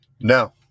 no